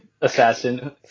assassin